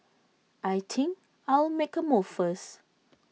I think I'll make A move first